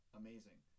amazing